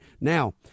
now